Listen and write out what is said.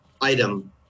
item